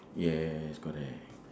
yes correct